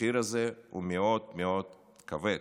המחיר הזה הוא מאוד מאוד כבד,